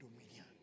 dominion